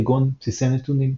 כגון בסיסי נתונים.